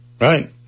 Right